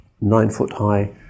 nine-foot-high